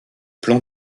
plan